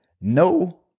no